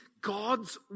God's